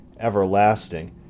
everlasting